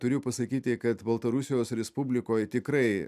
turiu pasakyti kad baltarusijos respublikoj tikrai